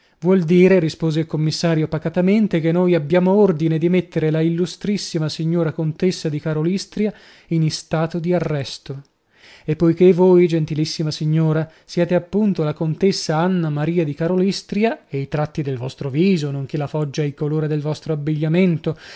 vuol dire rispose il commissario pacatamente che noi abbiamo ordine di mettere la illustrissima signora contessa di karolystria in istato di arresto e poiché voi gentilissima signora siete appunto la contessa anna maria di karolystria e i tratti del vostro viso nonché la foggia e il colore del vostro abbigliamento